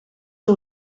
que